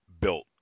built